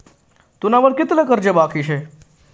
तुना वर कितलं कर्ज बाकी शे